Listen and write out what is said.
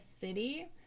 City